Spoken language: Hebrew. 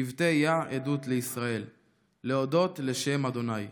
שבטי-יה עדות לישראל להודות לשם ה'.